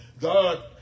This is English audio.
God